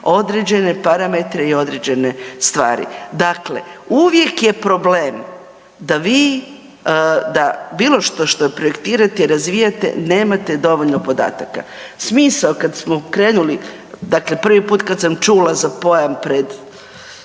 određene parametre i određene stvari. Dakle, uvijek je problem da vi da bilo što projektirate i razvijate nemate dovoljno podataka. Dakle, prvi put kada sam čula za pojam pred